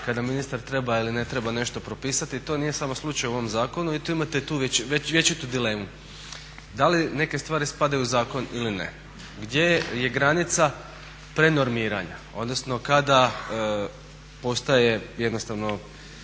kada ministar treba ili ne treba nešto propisati. To nije samo slučaj u ovom zakonu i tu imate tu vječitu dilemu da li neke stvari spadaju u zakon ili ne, gdje je granica prenormiranja, odnosno kada postaje jednostavno